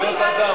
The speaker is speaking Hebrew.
זכויות אדם.